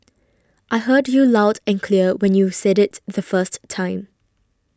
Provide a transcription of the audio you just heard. I heard you loud and clear when you said it the first time